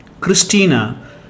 Christina